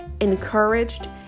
encouraged